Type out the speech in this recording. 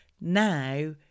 Now